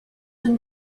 been